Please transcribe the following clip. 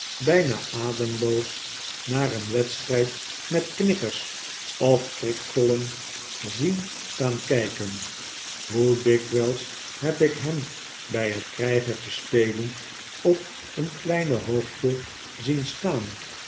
bijna ademloos naar een wedstrijd met knikkers of priktollen zien staan kijken hoe dikwijls heb ik hem bij het krijgertje spelen op een kleine hoogte zien staan